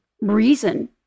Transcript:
reason